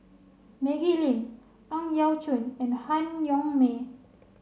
Maggie Lim Ang Yau Choon and Han Yong May